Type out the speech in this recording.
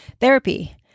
therapy